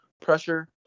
pressure